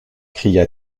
cria